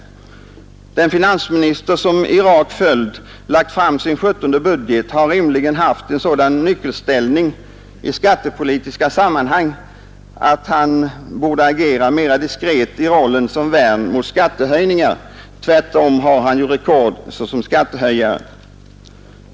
Den finansminister som i rak följd lagt fram sin sjuttonde budget har rimligen haft en sådan nyckelställning i skattesammanhang att han borde agera mera diskret i rollen som värn mot skattehöjningar. Tvärtom har han ju rekord som skattehöjare.